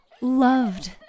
loved